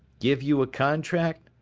give you a contract?